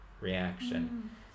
reaction